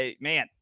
man